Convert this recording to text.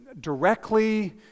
directly